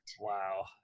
Wow